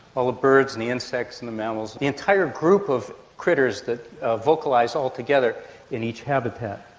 all birds and the insects and the mammals, the entire group of critters that ah vocalise all together in each habitat.